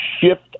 shift